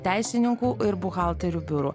teisininkų ir buhalterių biurų